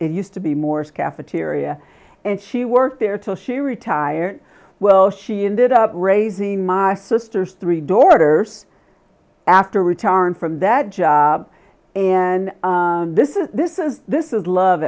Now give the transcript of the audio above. it used to be more skaf a tyria and she worked there till she retired well she ended up raising my sister's three dorter after retiring from that job and this is this is this is love